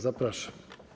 Zapraszam.